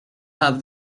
have